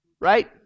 Right